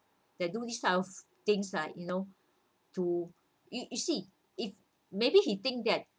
they do this type of things like you know to you you see if maybe he think that